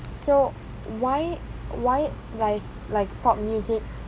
so why why like pop music